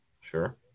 Sure